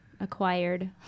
acquired